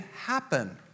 happen